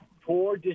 poor